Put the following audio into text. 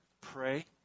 pray